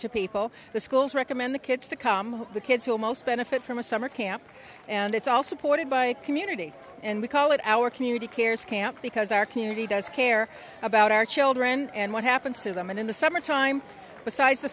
to people the schools recommend the kids to come home the kids will most benefit from a summer camp and it's all supported by community and we call it our community cares camp because our community does care about our children and what happens to them and in the summertime besides the